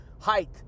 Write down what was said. height